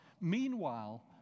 meanwhile